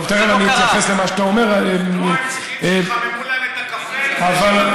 לא, הם צריכים שיחממו להם את הקפה לפני שהם באים.